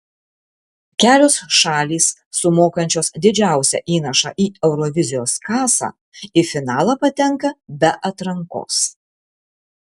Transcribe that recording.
kelios šalys sumokančios didžiausią įnašą į eurovizijos kasą į finalą patenka be atrankos